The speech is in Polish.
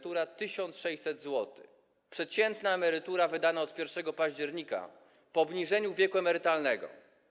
1600 zł - przeciętna emerytura wydawana od 1 października po obniżeniu wieku emerytalnego.